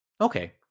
okay